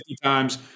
times